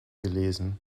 gelesen